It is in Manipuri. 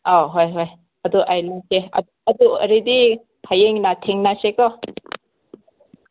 ꯑꯥꯎ ꯍꯣꯏ ꯍꯣꯏ ꯑꯗꯨ ꯑꯩ ꯂꯥꯛꯀꯦ ꯑꯗꯨ ꯑꯣꯏꯔꯗꯤ ꯍꯌꯦꯡ ꯊꯦꯡꯅꯁꯤꯀꯣ